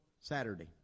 Saturday